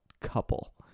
couple